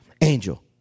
Angel